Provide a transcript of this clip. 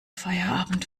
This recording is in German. feierabend